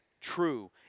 true